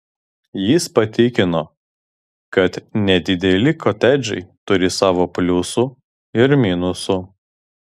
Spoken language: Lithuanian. jis patikino kad nedideli kotedžai turi savo pliusų ir minusų